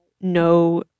no